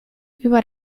über